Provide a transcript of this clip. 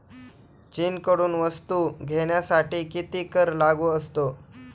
चीनकडून वस्तू घेण्यासाठी किती कर लागू असतो?